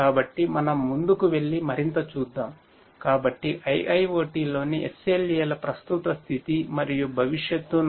కాబట్టి మనం ముందుకు వెళ్లి మరింత చూద్దాం కాబట్టి IIoT లోని SLA ల ప్రస్తుత స్థితి మరియు భవిష్యత్తును